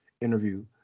interview